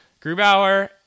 Grubauer